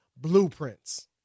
blueprints